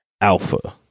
alpha